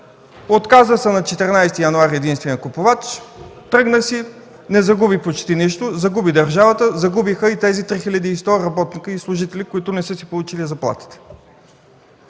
Отказа се на 14 януари 2013 г. единственият купувач, тръгна си, не загуби почти нищо. Загуби държавата, загубиха и тези 3100 работници и служители, които не са си получили заплатите.